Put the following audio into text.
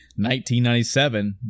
1997